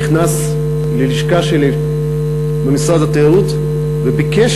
נכנס ללשכה שלי במשרד התיירות וביקש